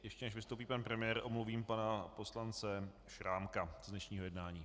Ještě než vystoupí pan premiér, omluvím pana poslance Šrámka z dnešního jednání.